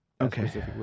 Okay